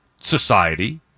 society